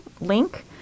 link